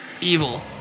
Evil